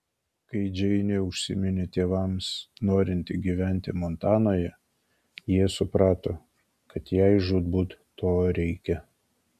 kai džeinė užsiminė tėvams norinti gyventi montanoje jie suprato kad jai žūtbūt to reikia